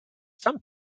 some